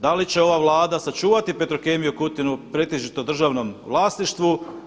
Da li će ova Vlada sačuvati Petrokemiju Kutina pretežno u državnom vlasništvu?